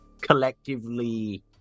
collectively